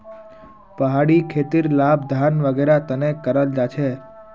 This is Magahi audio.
पहाड़ी खेतीर लाभ धान वागैरहर तने कराल जाहा